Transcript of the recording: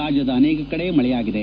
ರಾಜ್ಯದ ಅನೇಕ ಕಡೆ ಮಳೆಯಾಗಿದೆ